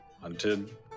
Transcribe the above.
hunted